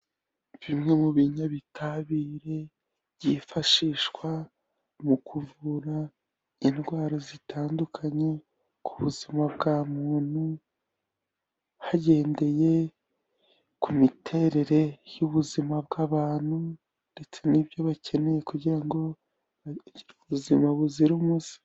Bimwe mu binyabitabire byifashishwa mu kuvura indwara zitandukanye ku buzima bwa muntu hagendeye ku miterere y'ubuzima bw'abantu ndetse n'ibyo bakeneye kugira ngo bagire ubuzima buzira umuze.